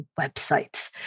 websites